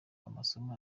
amasomo